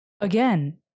again